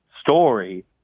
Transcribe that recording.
story